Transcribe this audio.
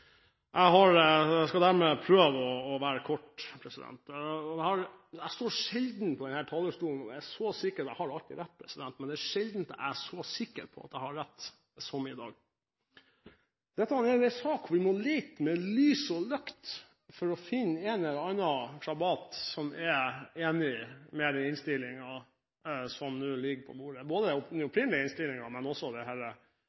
jeg synes saksordfører Trine Skei Grande redegjorde for dette – både saken og ikke minst opposisjonens innvendinger – på en veldig flott måte. Jeg skal dermed prøve å være kort. Jeg har alltid rett, men det er sjelden jeg står på denne talerstolen og er så sikker på å ha rett som i dag. Dette er en sak hvor man må lete med lys og lykte for å finne en eller annen krabat som er enig i den innstillingen som nå ligger på bordet – ikke bare i den